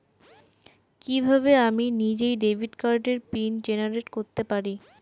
কিভাবে আমি নিজেই ডেবিট কার্ডের পিন জেনারেট করতে পারি?